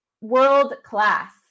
world-class